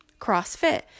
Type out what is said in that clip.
crossfit